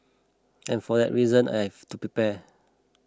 and for that reason I have to prepare